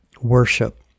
Worship